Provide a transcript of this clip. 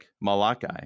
Malachi